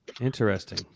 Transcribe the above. Interesting